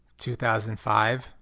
2005